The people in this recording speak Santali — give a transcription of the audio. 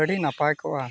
ᱟᱹᱰᱤ ᱱᱟᱯᱟᱭ ᱠᱚᱜᱼᱟ